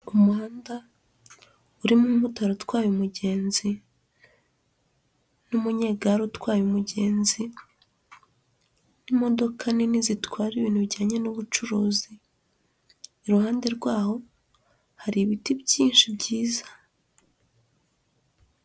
Umuhanda urimo umumotari utwaye umugenzi n'umunyegare utwaye umugenzi n'imodoka nini zitwara ibintu bijyanye n'ubucuruzi, iruhande rwaho hari ibiti byinshi byiza.